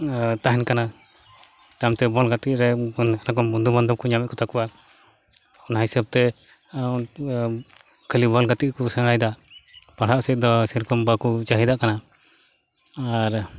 ᱛᱟᱦᱮᱱ ᱠᱟᱱᱟ ᱛᱟᱭᱚᱢᱛᱮ ᱵᱚᱞ ᱜᱟᱛᱮ ᱨᱮ ᱩᱱᱠᱚ ᱱᱟᱱᱟᱨᱚᱠᱚᱢ ᱵᱚᱱᱫᱩ ᱵᱟᱱᱫᱚᱵᱽᱠᱚ ᱧᱟᱢᱮᱫ ᱠᱚᱣᱟ ᱚᱱᱟ ᱦᱤᱥᱟᱹᱵᱽᱛᱮ ᱠᱷᱟᱹᱞᱤ ᱵᱚᱞ ᱜᱟᱛᱮᱜ ᱠᱚ ᱥᱮᱬᱟᱭᱮᱫᱟ ᱯᱟᱲᱦᱟᱜ ᱥᱮᱪᱫᱚ ᱥᱮᱨᱚᱠᱚᱢ ᱵᱟᱠᱚ ᱪᱟᱹᱦᱤᱫᱟᱜ ᱠᱟᱱᱟ ᱟᱨ